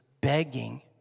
begging